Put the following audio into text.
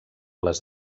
les